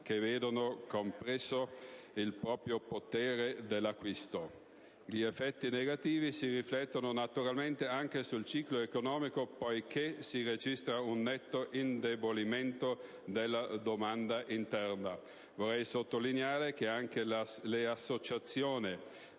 che vedono compresso il proprio potere d'acquisto. Gli effetti negativi si riflettono naturalmente anche sul ciclo economico poiché si registra un netto indebolimento della domanda interna. Vorrei sottolineare che anche le associazioni